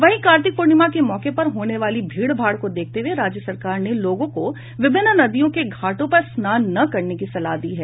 वहीं कार्तिक पूर्णिमा के मौके पर होने वाली भीड़भाड़ को देखते हुए राज्य सरकार ने लोगों को विभिन्न नदियों के घाटों पर स्नान न करने की सलाह दी है